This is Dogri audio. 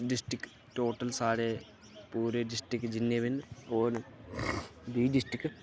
डिस्टिक टोटल सारे पूरे डिस्टिक जिन्ने बी न ओह् न बीह् डिस्टिक